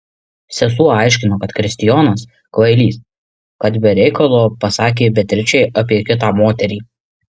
sesuo aiškino kad kristijonas kvailys kad be reikalo pasakė beatričei apie kitą moterį